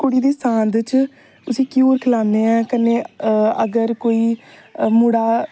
कुड़ी दी सांत च उसी घ्यूर खलान्ने आं अगर कोई मुड़ा